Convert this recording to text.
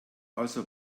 also